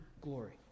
glory